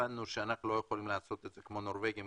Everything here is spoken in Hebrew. הבנו שאנחנו לא יכולים לעשות את זה כמו נורבגים,